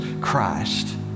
Christ